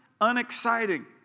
unexciting